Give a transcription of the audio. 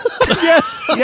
Yes